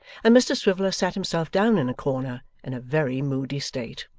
and mr swiviller sat himself down in a corner in a very moody state.